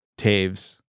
Taves